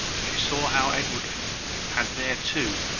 she saw how edward had there, too,